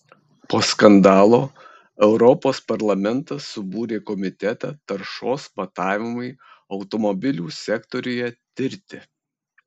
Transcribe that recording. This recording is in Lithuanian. po skandalo europos parlamentas subūrė komitetą taršos matavimui automobilių sektoriuje tirti